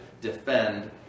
defend